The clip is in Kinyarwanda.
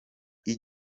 iki